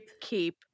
Keep